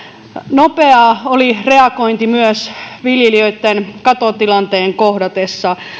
nopeaa oli reagointi myös viljelijöitten katotilanteen kohdatessa